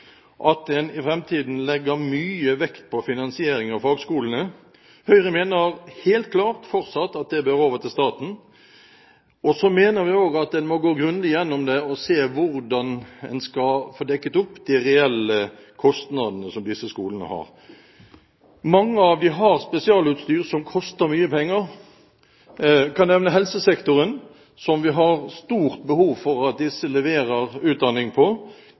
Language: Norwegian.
at en i framtiden legger mye vekt på finansiering av fagskolene. Høyre mener fortsatt helt klart at det bør over til staten, og så mener vi at en må gå grundig igjennom det og se hvordan en skal få dekket opp de reelle kostnadene som disse skolene har. Mange av dem har spesialutstyr som koster mye penger. Jeg kan nevne helsesektoren, som vi har stort behov for at leverer utdanning.